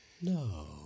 No